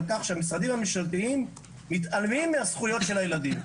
על כך שהמשרדים הממשלתיים מתעלמים מהזכויות של הילדים.